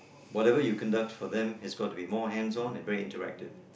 whatever you conduct for them has got to be more hands on and very interactive